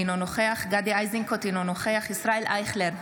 אינו נוכח גדי איזנקוט, אינו נוכח ישראל אייכלר,